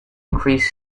increase